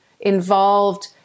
involved